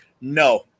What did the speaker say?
No